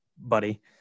Buddy